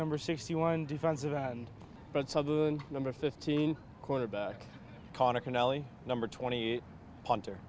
number sixty one defensive end but number fifteen quarterback number twenty punter